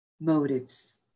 motives